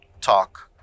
talk